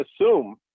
assume